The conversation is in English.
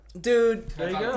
Dude